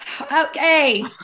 okay